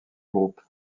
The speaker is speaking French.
groupe